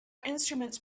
instruments